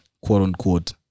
quote-unquote